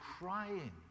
crying